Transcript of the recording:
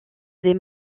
les